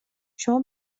شما